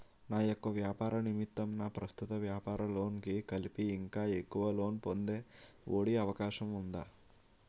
నా యెక్క వ్యాపార నిమిత్తం నా ప్రస్తుత వ్యాపార లోన్ కి కలిపి ఇంకా ఎక్కువ లోన్ పొందే ఒ.డి అవకాశం ఉందా?